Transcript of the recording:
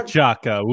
Chaka